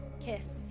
Kiss